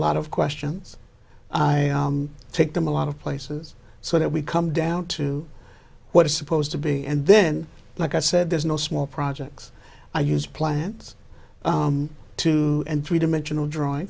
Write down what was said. lot of questions i take them a lot of places so that we come down to what is supposed to be and then like i said there's no small projects i use plants to and three dimensional drawing